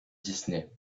disney